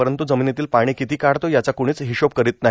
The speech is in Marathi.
परंतू जमिनीतील पाणी किती काढतो याचा कुणीच हिशोब करीत नाही